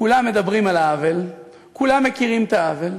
כולם מדברים על העוול, כולם מכירים את העוול,